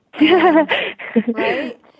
Right